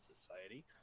society